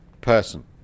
person